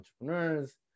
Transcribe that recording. entrepreneurs